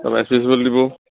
তাৰ পৰা S P অফিছলে দিব